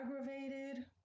aggravated